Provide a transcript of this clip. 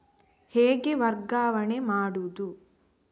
ಹೇಗೆ ವರ್ಗಾವಣೆ ಮಾಡುದು?